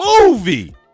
movie